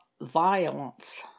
violence